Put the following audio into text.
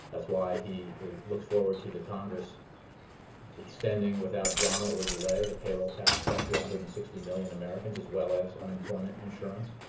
that's why he looks forward to the congress extending without drama or delay the payroll tax cut to one hundred and sixty million americans, as well as unemployment insurance.